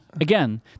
Again